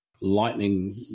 lightning